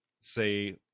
say